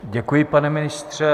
Děkuji, pane ministře.